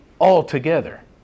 altogether